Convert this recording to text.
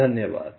धन्यवाद